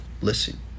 Listen